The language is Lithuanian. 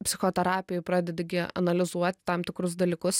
psichoterapijoj pradedi gi analizuot tam tikrus dalykus